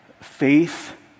Faith